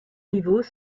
rivaux